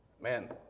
man